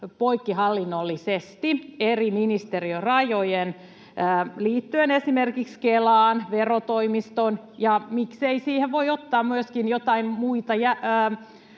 poikkihallinnollisesti yli eri ministeriörajojen liittyen esimerkiksi Kelaan, verotoimistoon, ja miksei siihen voi ottaa kylkeen myöskin jotain muita